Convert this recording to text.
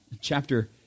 chapter